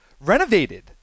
renovated